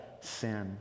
sin